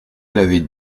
l’avez